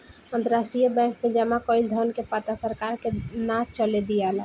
अंतरराष्ट्रीय बैंक में जामा कईल धन के पता सरकार के ना चले दियाला